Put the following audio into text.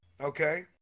okay